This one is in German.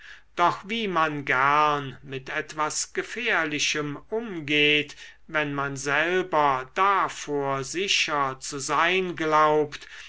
doch wie man gern mit etwas gefährlichem umgeht wenn man selber davor sicher zu sein glaubt